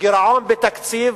והגירעון בתקציב,